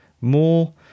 more